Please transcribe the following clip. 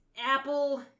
Apple